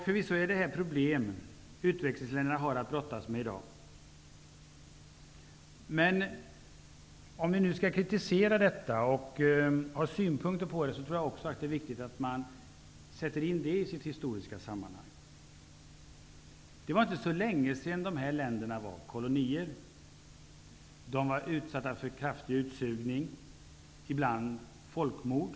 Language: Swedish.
Förvisso är det här problem som utvecklingsländerna i dag har att brottas med, men jag tror att det är viktigt att vi också sätter in dessa förhållanden i ett historiskt sammanhang. Det var inte så länge sedan som dessa länder var kolonier. De var utsatta för kraftig utsugning, ibland folkmord.